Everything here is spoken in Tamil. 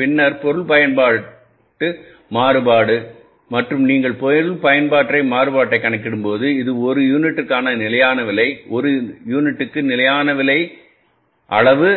பின்னர் பொருள் பயன்பாட்டு மாறுபாடு மற்றும் நீங்கள் பொருள் பயன்பாட்டு மாறுபாட்டைக் கணக்கிடும்போது இது ஒரு யூனிட்டிற்கான நிலையான விலை ஒரு யூனிட்டுக்கு நிலையான விலை நிலையான அளவு